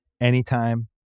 Anytime